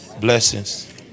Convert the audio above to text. blessings